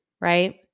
right